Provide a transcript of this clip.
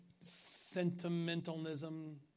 sentimentalism